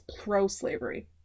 pro-slavery